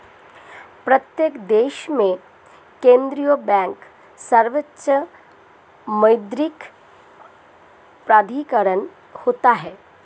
प्रत्येक देश में केंद्रीय बैंक सर्वोच्च मौद्रिक प्राधिकरण होता है